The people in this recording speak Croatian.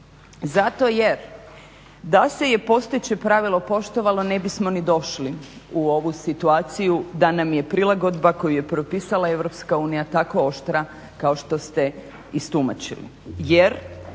zato jer da se je postojeće pravilo poštovano ne bismo ni došli u ovu situaciju da nam je prilagodba koju je propisala Europska unija tako oštra kao što ste istumačili.